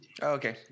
Okay